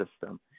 system